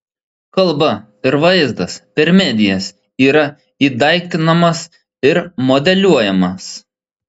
kalba ir vaizdas per medijas yra ir įdaiktinamas ir modeliuojamas